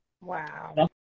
Wow